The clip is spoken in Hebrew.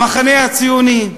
המחנה הציוני.